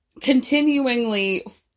continuingly